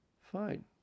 fine